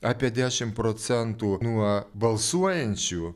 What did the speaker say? apie dešim procentų nuo balsuojančių